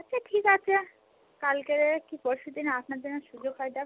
সে ঠিক আছে কালকেরে কি পরশু দিন আপনার যেমন সুযোগ হয় দেখো